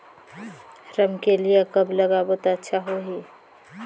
रमकेलिया कब लगाबो ता अच्छा होही?